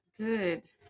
Good